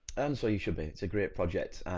and so you should be, it's a great project